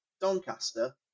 Doncaster